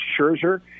Scherzer